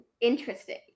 interesting